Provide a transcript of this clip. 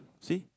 see